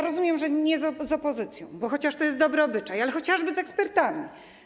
Rozumiem, że nie z opozycją, jakkolwiek to jest dobry obyczaj, ale chociaż z ekspertami.